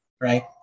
Right